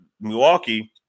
Milwaukee